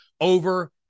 over